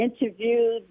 interviewed